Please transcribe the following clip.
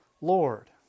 Lord